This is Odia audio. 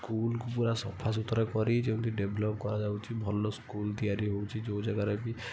ସ୍କୁଲ୍କୁ ପୁରା ସଫା ସୁତୁରା କରି ଯେମିତି ଡେଭ୍ଲପ୍ କରାଯାଉଛି ଭଲ ସ୍କୁଲ୍ ତିଆରି ହେଉଛି ଯେଉଁ ଜାଗାରେ ବି